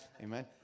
Amen